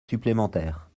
supplémentaire